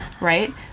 Right